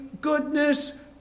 goodness